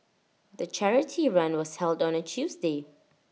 the charity run was held on A Tuesday